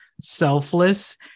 selfless